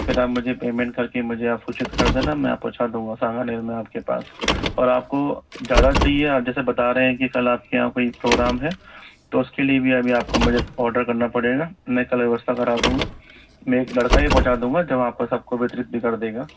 फिर आप मुझे पेमेंट कर के मुझे आप सूचित कर देना मैं पहुँचा दूँगा समान आपके पास और आपको ज़्यादा चाहिए जैसे बता रहे है कि कल आपके यंहा कोई प्रोग्राम है तो उसके लिए भी अभी आपको मुझे ऑर्डर करना पड़ेगा मैं कल व्यवस्था करा दूँगा मैं एक लड़का भी पहुँचा दूँगा जो वहाँ पे सबको वित्रित भी कर देगा